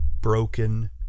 Broken